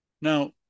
Now